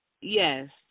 Yes